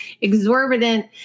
exorbitant